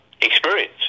experience